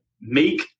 make